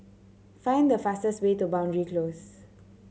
find the fastest way to Boundary Close